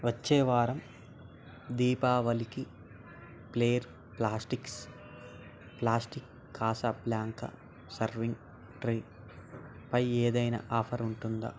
వచ్చే వారం దీపావళికి flair plastics plastic Casablanca serving ట్రేపై ఏదైనా ఆఫర్ ఉంటుందా